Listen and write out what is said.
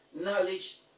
knowledge